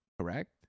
correct